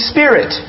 Spirit